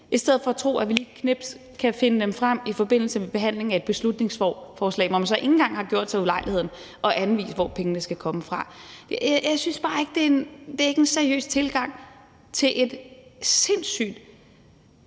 i stedet for at tro, at vi lige med et fingerknips kan finde dem frem i forbindelse med behandlingen af et beslutningsforslag, hvor man så ikke engang har gjort sig den ulejlighed at anvise, hvor pengene skal komme fra. Jeg synes bare ikke, det er en seriøs tilgang til et sindssyg